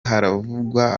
haravugwa